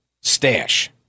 stash